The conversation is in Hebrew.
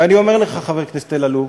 ואני אומר לך, חבר הכנסת אלאלוף: